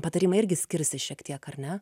patarimai irgi skirsis šiek tiek ar ne